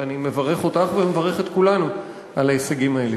ואני מברך אותך ומברך את כולנו על ההישגים האלה.